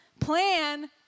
plan